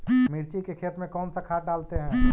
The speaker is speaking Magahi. मिर्ची के खेत में कौन सा खाद डालते हैं?